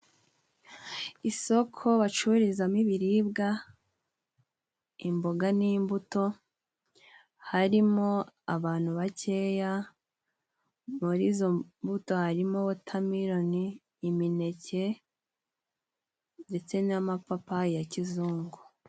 Isoko bacururizamo ibiribwa, imboga ,n'imbuto ,harimo abantu bakeya ,muri izo mbuto harimo:wotameloni, imineke ndetse n'amapayi ya kizungu.